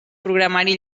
programari